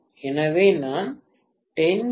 எனவே நான் 10 கே